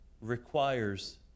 requires